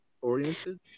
oriented